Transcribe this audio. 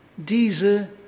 Diese